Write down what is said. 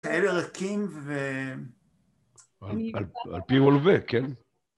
כאלה ריקים ו... על פי רולווה, כן.